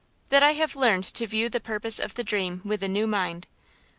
that i have learned to view the purpose of the dream with a new mind.